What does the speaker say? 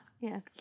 yes